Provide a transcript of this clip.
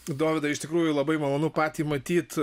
dovydai iš tikrųjų labai malonu patį matyt